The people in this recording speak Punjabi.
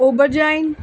ਓਬਰ ਜਾਈਨ